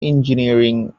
engineering